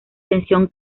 tensión